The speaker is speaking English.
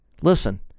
listen